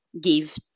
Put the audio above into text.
give